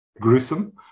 gruesome